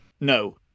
No